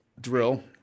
drill